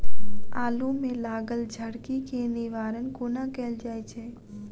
आलु मे लागल झरकी केँ निवारण कोना कैल जाय छै?